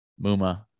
Muma